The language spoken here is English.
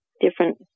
different